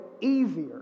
easier